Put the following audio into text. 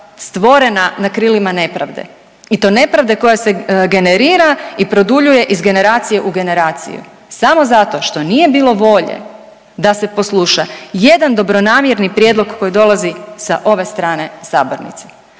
stvorena na krilima nepravde. I to nepravde koja se generira i produljuje iz generacije u generaciju samo zato što nije bilo volje da se posluša jedan dobronamjerni prijedlog koji dolazi sa ove strane sabornice,